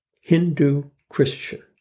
Hindu-Christian